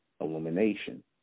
illumination